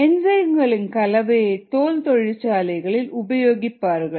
என்சைம்களின் கலவையை தோல் தொழிற்சாலைகளில் உபயோகிப்பார்கள்